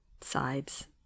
Sides